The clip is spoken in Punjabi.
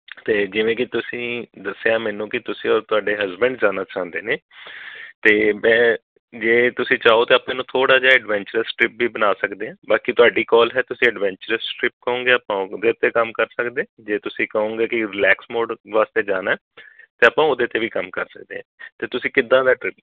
ਅਤੇ ਜਿਵੇਂ ਕਿ ਤੁਸੀਂ ਦੱਸਿਆ ਮੈਨੂੰ ਕਿ ਤੁਸੀਂ ਔਰ ਤੁਹਾਡੇ ਹਸਬੈਂਡ ਜਾਣਾ ਚਾਹੁੰਦੇ ਨੇ ਅਤੇ ਮੈਂ ਜੇ ਤੁਸੀਂ ਚਾਹੋ ਤਾਂ ਆਪਾਂ ਇਹਨੂੰ ਥੋੜ੍ਹਾ ਜਿਹਾ ਐਡਵੈਂਚਰਸ ਟ੍ਰਿਪ ਵੀ ਬਣਾ ਸਕਦੇ ਹਾਂ ਬਾਕੀ ਤੁਹਾਡੀ ਕੌਲ ਹੈ ਤੁਸੀਂ ਐਡਵੈਂਚਰਸ ਟ੍ਰਿਪ ਕਹੂੰਗੇ ਤਾਂ ਆਪਾਂ ਉਹਦੇ ਉੱਤੇ ਕੰਮ ਕਰ ਸਕਦੇ ਜੇ ਤੁਸੀਂ ਕਹੂੰਗੇ ਕਿ ਰਿਲੈਕਸ ਮੋਡ ਵਾਸਤੇ ਜਾਣਾ ਤਾਂ ਆਪਾਂ ਉਹਦੇ 'ਤੇ ਵੀ ਕੰਮ ਕਰ ਸਕਦੇ ਹੈ ਅਤੇ ਤੁਸੀਂ ਕਿੱਦਾਂ ਦਾ ਟ੍ਰਿਪ